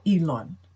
Elon